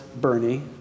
Bernie